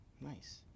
Nice